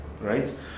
right